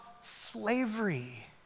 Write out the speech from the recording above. slavery